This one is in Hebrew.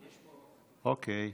אוקיי.